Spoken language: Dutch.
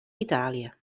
italië